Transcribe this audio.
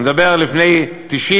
אני מדבר על לפני 90,